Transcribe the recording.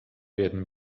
werden